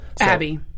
Abby